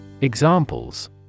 examples